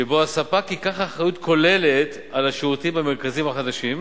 שבו הספק ייקח אחריות כוללת על השירותים במרכזים החדשים.